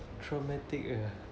traumatic eh